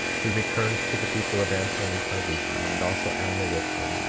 he returned to the people of anti-nephi-lehi, and also alma with him,